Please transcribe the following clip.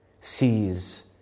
sees